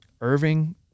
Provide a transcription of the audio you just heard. Irving